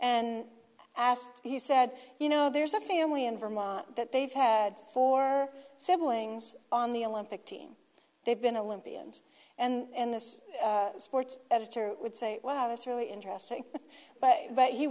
and asked he said you know there's a family in vermont that they've had four siblings on the olympic team they've been a limp ians and this sports editor would say wow that's really interesting but